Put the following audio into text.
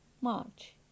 March